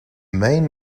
main